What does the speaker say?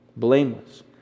blameless